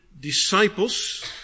disciples